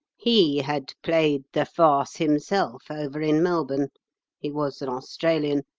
he had played the farce himself over in melbourne he was an australian.